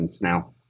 now